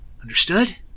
Understood